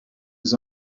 his